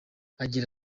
agira